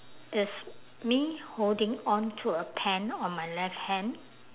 it's me holding on to a pen on my left hand